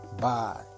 Bye